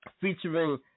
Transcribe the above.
featuring